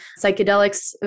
psychedelics